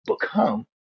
become